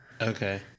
Okay